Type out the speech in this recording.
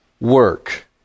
work